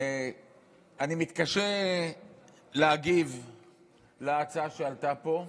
אני מתקשה להגיב על ההצעה שעלתה פה,